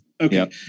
okay